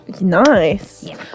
Nice